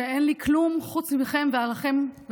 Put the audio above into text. שאין לי כלום חוץ מכם וערכיכם.